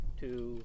two